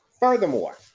Furthermore